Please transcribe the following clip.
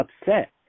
upset